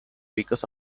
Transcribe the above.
because